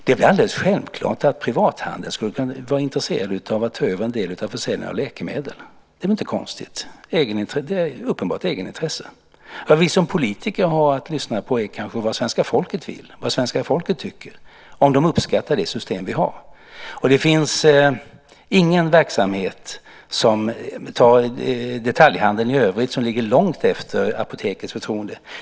Det är väl alldeles självklart att privathandeln skulle vara intresserad av att ta över en del av försäljningen av läkemedel. Det är väl inte konstigt. Det är ett uppenbart egenintresse. Vad vi som politiker har att lyssna på är kanske vad svenska folket vill och tycker och om de uppskattar det system som vi har. Detaljhandeln i övrigt ligger långt efter Apotekets förtroende.